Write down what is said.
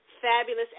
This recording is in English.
Fabulous